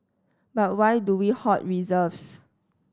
but why do we hoard reserves